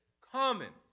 common